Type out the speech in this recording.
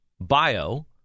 bio